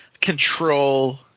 control